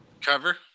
Cover